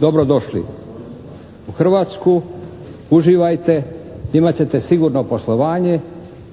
Dobrodošli u Hrvatsku, uživajte, imat ćete sigurno poslovanje,